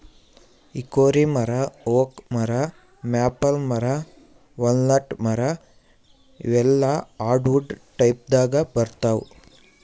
hickory ಮರಾ oak ಮರಾ maple ಮರಾ ವಾಲ್ನಟ್ ಮರಾ ಇವೆಲ್ಲಾ ಹಾರ್ಡವುಡ್ ಟೈಪ್ದಾಗ್ ಬರ್ತಾವ್